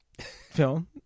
film